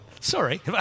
Sorry